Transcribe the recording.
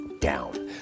down